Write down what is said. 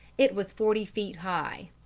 it was forty feet high.